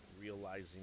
realizing